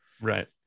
Right